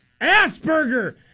Asperger